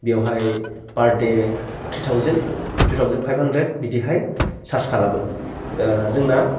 बेवहाय पार दे three thousand three thousand five hundred बिदिहाय सार्ज खालामो जोंना